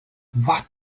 what